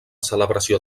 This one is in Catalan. celebració